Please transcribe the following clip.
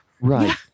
Right